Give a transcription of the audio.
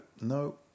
no